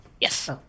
Yes